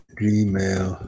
gmail